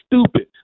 stupid